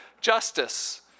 justice